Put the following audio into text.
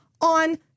on